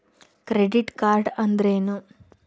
Credit card ಅಂದ್ರೇನು?